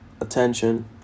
attention